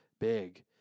big